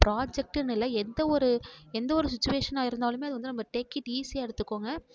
ப்ராஜெக்ட்டுன்னு இல்லை எந்த ஒரு எந்த ஒரு சுச்வேஷனாக இருந்தாலும் அது வந்து நம்ம டேக் இட் ஈஸியாக எடுத்துக்கங்க